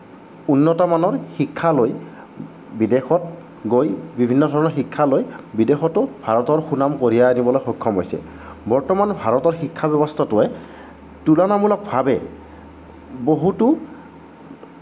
উন্নতমানৰ শিক্ষা লৈ বিদেশত গৈ বিভিন্ন ধৰণৰ শিক্ষা লৈ বিদেশতো ভাৰতৰ সুনাম কঢ়িয়াই আনিবলৈ সক্ষম হৈছে বৰ্তমান ভাৰতৰ শিক্ষাব্যৱস্থাটোৱে তুলনামূলকভাৱে বহুতো